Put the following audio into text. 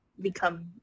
become